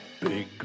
big